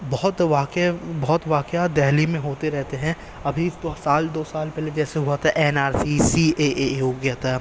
بہت واقعے بہت واقعات دہلی میں ہوتے رہتے ہیں ابھی سال دو سال پہلے جیسے ہوا تھا N R C C A A ہو گیا تھا